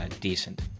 decent